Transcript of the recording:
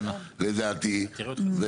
לדעתי,